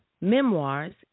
Memoirs